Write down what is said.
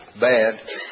bad